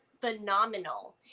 phenomenal